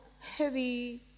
heavy